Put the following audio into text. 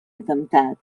atemptat